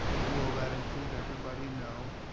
will that include everybody? no,